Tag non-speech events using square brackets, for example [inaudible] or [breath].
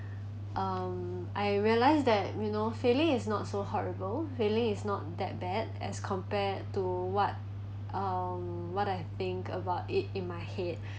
[breath] um I realised that you know failing is not so horrible failing is not that bad as compared to what um what I think about it in my head